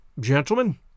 Gentlemen